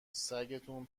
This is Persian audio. سگتون